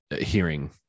hearing